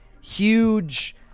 huge